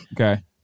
okay